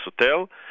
hotel